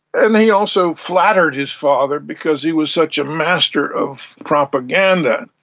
and he also flattered his father because he was such a master of propaganda.